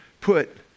put